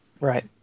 right